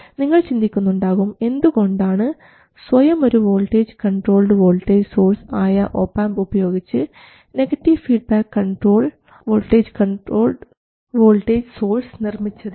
നിങ്ങൾ ചിന്തിക്കുന്നുണ്ടാകും എന്തുകൊണ്ടാണ് സ്വയം ഒരു വോൾട്ടേജ് കൺട്രോൾഡ് വോൾട്ടേജ് സോഴ്സ് ആയ ഒപാംപ് ഉപയോഗിച്ച് negative feedback control voltage controlled voltage source നിർമ്മിച്ചത് എന്ന്